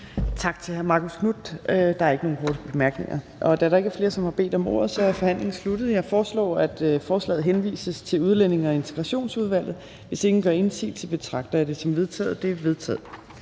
Tak til hr. Marcus Knuth. Der er ikke nogen korte bemærkninger. Da der ikke er flere, som har bedt om ordet, er forhandlingen sluttet. Jeg foreslår, at forslaget til folketingsbeslutning henvises til Udlændinge- og Integrationsudvalget. Hvis ingen gør indsigelse, betragter jeg dette som vedtaget. Det er vedtaget.